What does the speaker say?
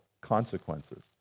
consequences